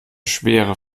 schwere